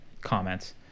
comments